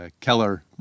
Keller